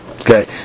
Okay